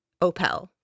Opel